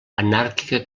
anàrquica